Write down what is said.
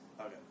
Okay